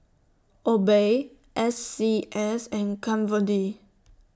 Obey S C S and Kat Von D